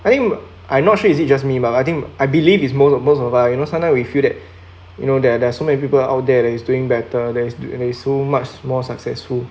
I think I'm not sure is it just me but I think I believe is most of most of us you know sometimes we feel that you know there are there are so many people out there that is doing better there is so much more successful